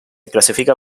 clasifica